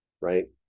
right